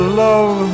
love